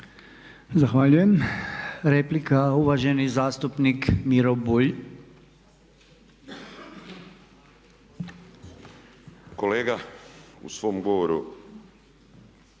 Zahvaljujem. Replika, uvaženi zastupnik Miro Bulj. **Bulj, Miro